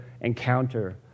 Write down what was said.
encounter